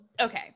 okay